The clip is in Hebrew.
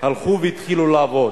הלכו והתחילו לעבוד.